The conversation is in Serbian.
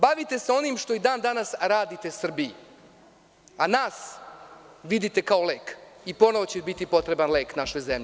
Bavite se onim što i dan danas radite Srbije, a nas vidite kao lek i ponovo će biti potreban lek našoj zemlji.